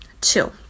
Two